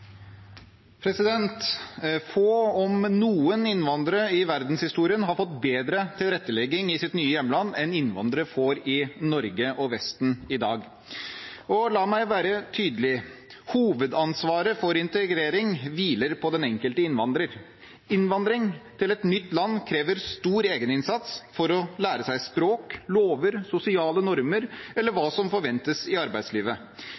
Få, om noen, innvandrere i verdenshistorien har fått bedre tilrettelegging i sitt nye hjemland enn innvandrere får i Norge og i Vesten i dag. Og la meg være tydelig: Hovedansvaret for integrering hviler på den enkelte innvandrer. Innvandring til et nytt land krever stor egeninnsats for å lære seg språk, lover, sosiale normer eller hva som forventes i arbeidslivet.